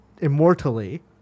Immortally